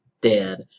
dead